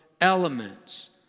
elements